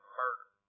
murder